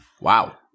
Wow